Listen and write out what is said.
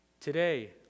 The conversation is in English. Today